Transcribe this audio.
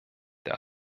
der